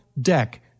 deck